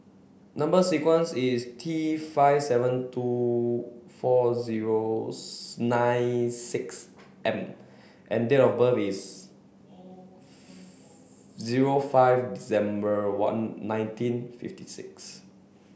number sequence is T five seven two four zero nine six M and date of is zero five December one nineteen fifty six